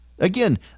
Again